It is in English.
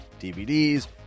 DVDs